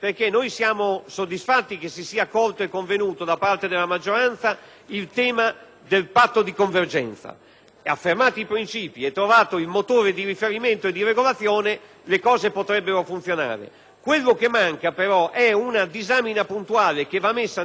del patto di convergenza: affermati i principi e trovato il motore di riferimento e di regolazione, le cose potrebbero funzionare. Quello che manca, però, è una disamina puntuale che va inserita nei principi all'articolo 2, come noi proponiamo, di come si arriva a definire